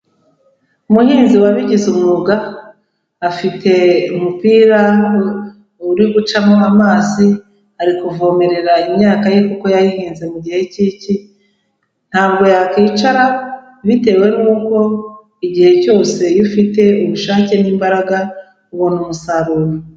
Umuhinzi wabigize umwuga, afite umupira uri gucamo amazi ari kuvomerera imyaka ye, kuko yayihinze mu gihe cy'iki. Ntabwo yakwicara bitewe n'uko igihe cyose, iyo ufite ubushake n'imbaraga, ubona umusaruro.